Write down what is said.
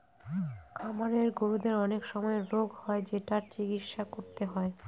খামারের গরুদের অনেক সময় রোগ হয় যেটার চিকিৎসা করতে হয়